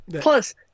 Plus